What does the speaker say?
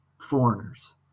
foreigners